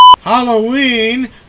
Halloween